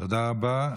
תודה רבה.